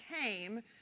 came